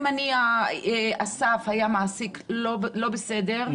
אם אסף היה מעסיק לא בסדר,